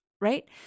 right